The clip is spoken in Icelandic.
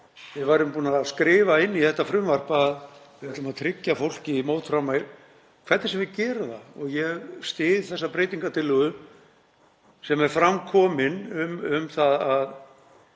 við værum búin að skrifa inn í þetta frumvarp að við ætluðum að tryggja fólki mótframlag, hvernig sem við gerum það. Ég styð breytingartillöguna sem er fram komin um að það